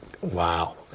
Wow